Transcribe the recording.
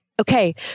okay